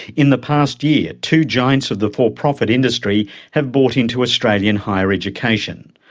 in the past year, two giants of the for-profit industry have bought into australian higher education,